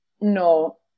No